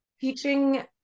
teaching